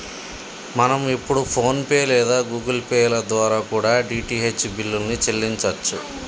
మనం ఇప్పుడు PhonePe లేదా గుగుల్ పే ల ద్వారా కూడా డీ.టీ.హెచ్ బిల్లుల్ని చెల్లించచ్చు